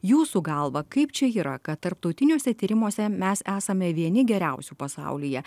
jūsų galva kaip čia yra kad tarptautiniuose tyrimuose mes esame vieni geriausių pasaulyje